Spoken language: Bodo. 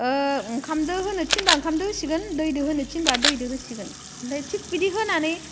ओंखामजों होनो थिनोबा ओंखामजों होसिगोन दैजों होनो थिनोबा दैजों होसिगोन ओमफ्राय थिग बिदि होनानै